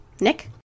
Nick